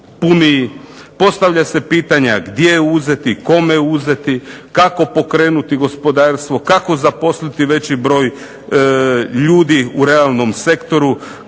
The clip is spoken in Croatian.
puniji. Postavlja se pitanje gdje uzeti, kome uzeti, kako pokrenuti gospodarstvo, kako zaposliti veći broj ljudi u realnom sektoru,